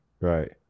Right